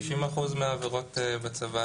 90% מהעבירות בצבא,